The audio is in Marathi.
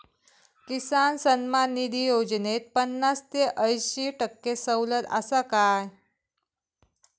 किसान सन्मान निधी योजनेत पन्नास ते अंयशी टक्के सवलत आसा काय?